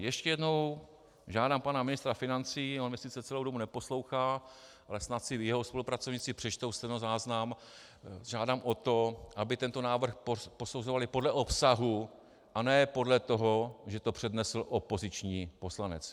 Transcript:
Ještě jednou žádám pana ministra financí on mě sice celou dobu neposlouchá, ale snad si jeho spolupracovníci přečtou stenozáznam žádám o to, aby tento návrh posuzovali podle obsahu, a ne podle toho, že to přednesl opoziční poslanec.